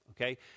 Okay